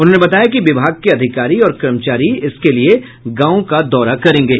उन्होंने बताया कि विभाग के अधिकारी और कर्मचारी इसके लिये गांव का दौरा करेंगे